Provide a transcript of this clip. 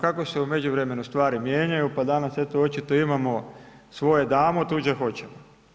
Kako se u međuvremenu stvari mijenjaju pa danas eto očito imamo, svoje damo, tuđe hoćemo.